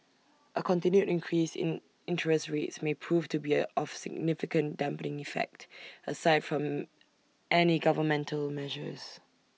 A continued increase in interest rates may prove to be of significant dampening effect aside from any governmental measures